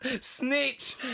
Snitch